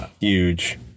huge